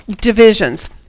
divisions